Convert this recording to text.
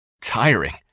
tiring